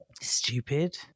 stupid